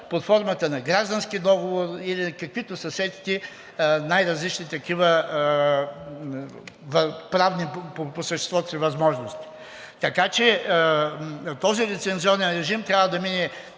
под формата на граждански договор или каквито се сетите най-различни такива правни по съществото си възможности. Така че този лицензионен режим трябва да мине